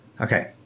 Okay